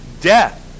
death